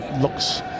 looks